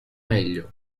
meglio